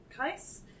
case